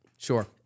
Sure